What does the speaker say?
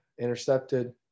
intercepted